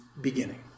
beginning